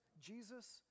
Jesus